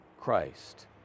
Christ